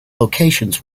locations